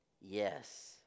Yes